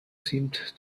seemed